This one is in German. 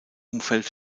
umfeld